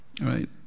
right